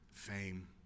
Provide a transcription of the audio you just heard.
fame